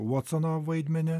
votsono vaidmenį